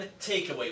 takeaway